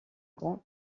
grand